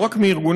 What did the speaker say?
לא רק מארגונים,